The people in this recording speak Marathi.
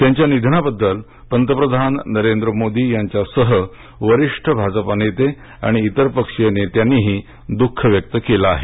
त्यांच्या निधनाबद्दल पंतप्रधान नरेंद्र मोदी यांच्यासह वरिष्ठ भाजपा नेते आणि इतर पक्षीय नेत्यांनीही दुःख व्यक्त केले आहे